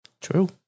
True